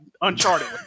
Uncharted